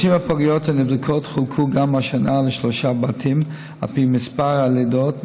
30 הפגיות הנבדקות חולקו גם השנה לשלושה בתים על פי מספר הלידות,